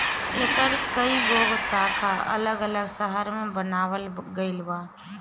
एकर कई गो शाखा अलग अलग शहर में बनावल गईल बा